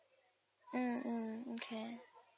mm mm okay